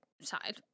side